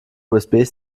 usb